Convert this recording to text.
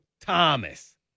Thomas